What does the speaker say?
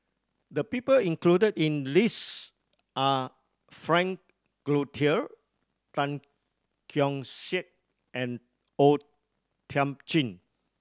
the people included in the list are Frank Cloutier Tan Keong Saik and O Thiam Chin